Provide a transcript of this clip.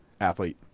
Athlete